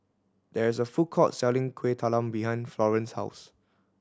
there is a food court selling Kueh Talam behind Florene's house